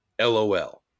LOL